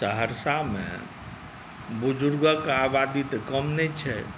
सहरसामे बुजुर्गके आबादी तऽ कम नहि छै